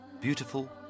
beautiful